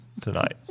tonight